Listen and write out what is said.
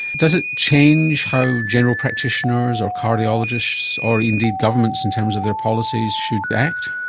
does it change how general practitioners or cardiologists or indeed governments in terms of their policies should act?